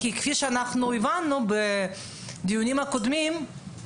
כפי שהבנו בדיונים הקודמים,